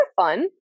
fun